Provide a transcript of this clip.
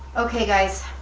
okay guys,